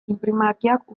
inprimakiak